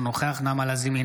אינו נוכח נעמה לזימי,